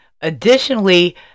Additionally